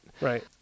Right